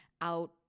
out